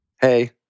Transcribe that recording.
hey